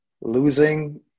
losing